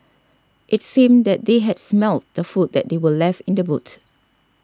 its seemed that they had smelt the food that they were left in the boot